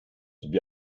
wie